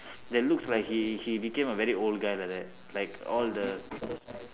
that looks like he he became a very old guy like that like all the